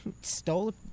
stole